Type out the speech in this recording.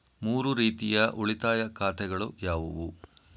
ಮೂರು ರೀತಿಯ ಉಳಿತಾಯ ಖಾತೆಗಳು ಯಾವುವು?